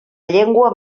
llengua